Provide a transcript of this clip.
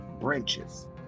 branches